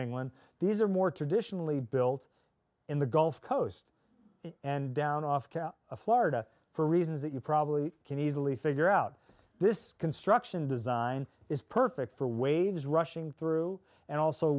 england these are more traditionally built in the gulf coast and down off florida for reasons that you probably can easily figure out this construction design is perfect for waves rushing through and also